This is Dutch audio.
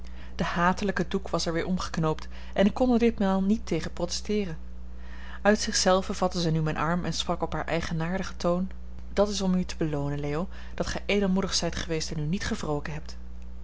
de hatelijke doek was er weer omgeknoopt en ik kon er ditmaal niet tegen protesteeren uit zich zelve vatte zij nu mijn arm en sprak op haar eigenaardigen toon dat is om u te beloonen leo dat gij edelmoedig zijt geweest en u niet gewroken hebt